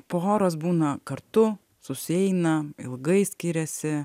poros būna kartu susieina ilgai skiriasi